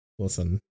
listen